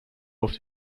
oft